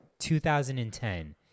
2010